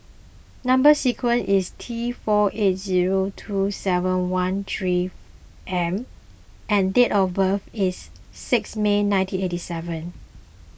Number Sequence is T four eight zero two seven one three M and date of birth is sixth May nineteen eighty seven